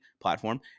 platform